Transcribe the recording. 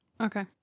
Okay